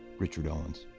richard owens.